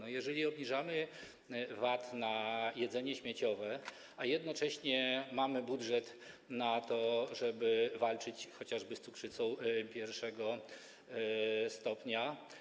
Obniżamy VAT na jedzenie śmieciowe, a jednocześnie mamy budżet na to, żeby walczyć chociażby z cukrzycą I stopnia.